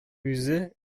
үзе